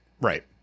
Right